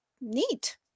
neat